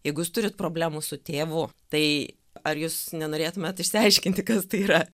jeigu jūs turite problemų su tėvu tai ar jūs nenorėtumėt išsiaiškinti kas tai yra